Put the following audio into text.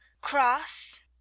cross